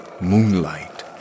Moonlight